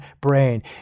brain